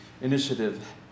initiative